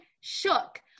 shook